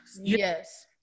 yes